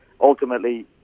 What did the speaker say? ultimately